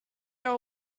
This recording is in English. your